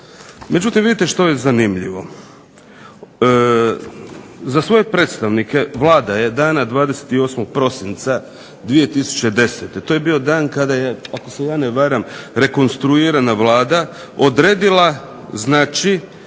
Međutim, vidite što je zanimljivo, za svoje predstavnike Vlada je dana 28. prosinca 2010. to je bio dan kada je ako se ja ne varam rekonstruirana Vlada odredila znači